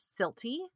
silty